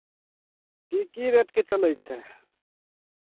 की की रेटके चलै छै